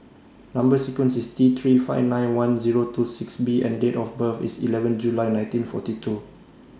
Number sequence IS T three five nine one Zero two six B and Date of birth IS eleven July nineteen forty two